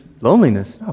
Loneliness